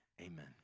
Amen